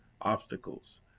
obstacles